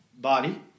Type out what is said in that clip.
body